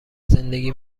زندگی